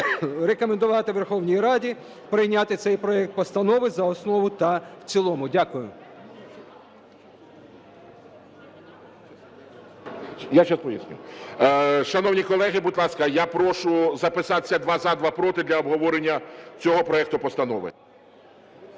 рекомендувати Верховній Раді прийняти цей проект постанови за основу та в цілому. Дякую. ГОЛОВУЮЧИЙ. Шановні колеги, будь ласка, я прошу записатися: два – за, два – проти, для обговорення цього проекту постанови.